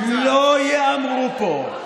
לא ייאמרו פה,